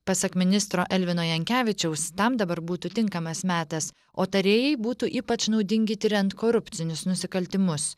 pasak ministro elvino jankevičiaus tam dabar būtų tinkamas metas o tarėjai būtų ypač naudingi tiriant korupcinius nusikaltimus